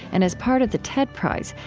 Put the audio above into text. and as part of the ted prize,